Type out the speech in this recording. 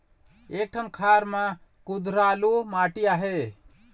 एक ठन खार म कुधरालू माटी आहे?